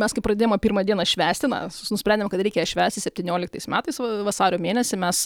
mes kai pradėjoma pirmą dieną švęsti na nusprendėme kad reikia ją švęsti septynioliktais metais vasario mėnesį mes